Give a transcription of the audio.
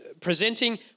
presenting